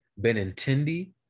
Benintendi